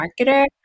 marketer